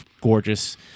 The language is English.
gorgeous